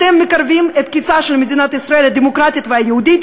אתם מקרבים את קצה של מדינת ישראל הדמוקרטית והיהודית,